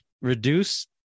reduce